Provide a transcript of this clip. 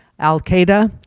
al-qaeda,